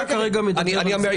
אני אומר,